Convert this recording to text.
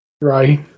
Right